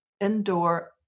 indoor